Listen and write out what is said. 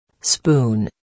Spoon